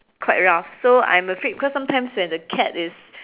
quite rough so I'm afraid cause sometimes when the cat is